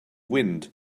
wind